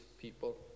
people